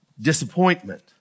disappointment